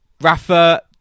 Rafa